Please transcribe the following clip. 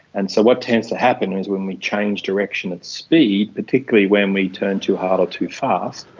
and so what tends to happen is when we change direction at speed, particularly when we turn too hard or too fast,